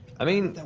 i mean,